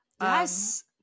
Yes